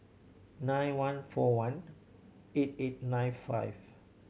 nine one four one eight eight nine five